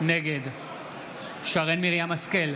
נגד שרן מרים השכל,